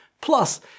plus